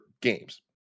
games